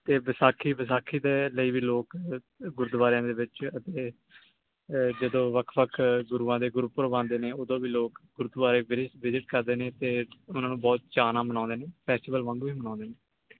ਅਤੇ ਵਿਸਾਖੀ ਵਿਸਾਖੀ ਦੇ ਲਈ ਵੀ ਲੋਕ ਗੁਰਦੁਆਰਿਆਂ ਦੇ ਵਿੱਚ ਇੱਥੇ ਜਦੋਂ ਵੱਖ ਵੱਖ ਗੁਰੂਆਂ ਦੇ ਗੁਰਪੁਰਬ ਆਉਂਦੇ ਨੇ ਉਦੋਂ ਵੀ ਲੋਕ ਗੁਰਦੁਆਰੇ ਵਿਜਿ ਵਿਜਿਟ ਕਰਦੇ ਨੇ ਅਤੇ ਉਹਨਾਂ ਨੂੰ ਬਹੁਤ ਚਾਅ ਨਾਲ ਮਨਾਉਂਦੇ ਨੇ ਫੈਸਟੀਵਲ ਵਾਂਗੂ ਹੀ ਮਨਾਉਂਦੇ ਨੇ